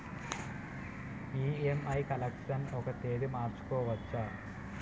EMI collection ఒక తేదీ మార్చుకోవచ్చా?